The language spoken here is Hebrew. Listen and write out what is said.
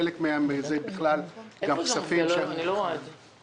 חלק מזה בכלל הם כספים --- אני לא רואה את זה.